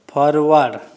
forward